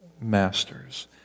masters